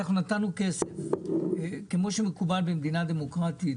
אנחנו נתנו כסף כמו שמקובל במדינה דמוקרטית